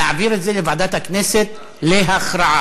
נעביר את זה לוועדת הכנסת להכרעה.